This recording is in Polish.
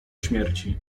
śmierci